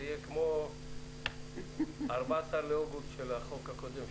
זה יהיה כמו 14 באוגוסט של החוק הקודם.